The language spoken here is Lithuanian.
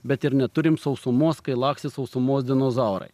bet ir neturim sausumos kai lakstė sausumos dinozaurai